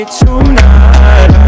tonight